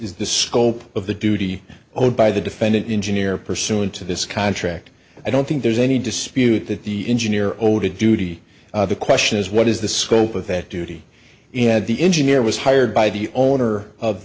the scope of the duty owed by the defendant engineer pursuant to this contract i don't think there's any dispute that the engineer owed a duty the question is what is the scope of that duty he had the engineer was hired by the owner of